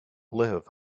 live